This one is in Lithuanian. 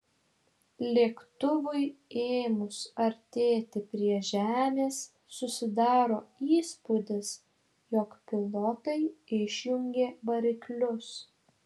lėktuvui ėmus artėti prie žemės susidaro įspūdis jog pilotai išjungė variklius